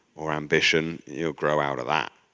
or ambition, you'll grow out of that.